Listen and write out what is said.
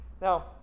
Now